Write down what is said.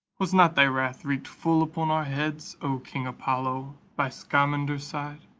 was not thy wrath wreaked full upon our heads, o king apollo, by scamander's side?